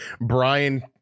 brian